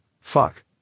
fuck